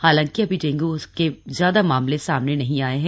हालांकि अभी डेंग् के ज्यादा मामले सामने नहीं आए हैं